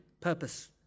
purpose